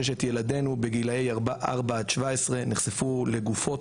ששת ילדינו בגילאי 4 עד 17 נחשפו לגופות.